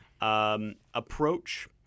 approach